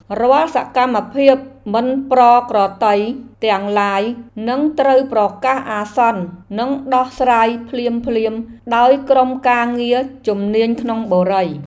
រាល់សកម្មភាពមិនប្រក្រតីទាំងឡាយនឹងត្រូវប្រកាសអាសន្ននិងដោះស្រាយភ្លាមៗដោយក្រុមការងារជំនាញក្នុងបុរី។